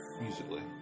musically